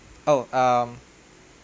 oh um